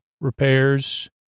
repairs